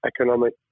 economic